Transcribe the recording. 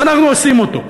זה אנחנו עושים אותו,